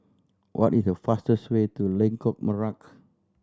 what is the fastest way to Lengkok Merak